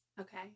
Okay